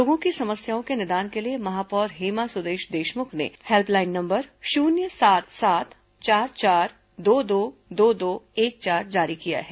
लोगों की समस्याओं के निदान के लिए महापौर हेमा सुदेश देशमुख ने हेल्पलाइन नंबर शून्य सात सात चार चार दो दो दो दो एक चार जारी किया है